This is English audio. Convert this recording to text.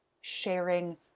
sharing